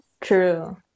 true